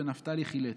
ונפתלי חילץ.